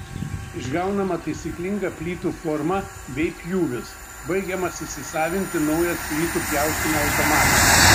išgaunama taisyklinga plytų forma bei pjūvis baigiamas įsisavinti naujas plytų pjaustymo automatas